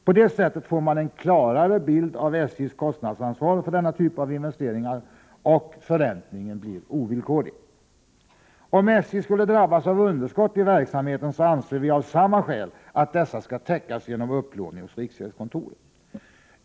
På detta sätt får man en klarare bild av SJ:s kostnadsansvar för denna typ av investeringar, och kravet på förräntning m.m. blir ovillkorligt. Om SJ skulle drabbas av underskott i verksamheten, anser vi av samma skäl att dessa också skall täckas genom upplåning hos riksgäldskontoret.